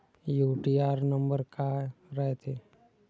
UTR number काय रायते?